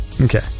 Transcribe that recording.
Okay